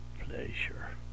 pleasure